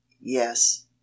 Yes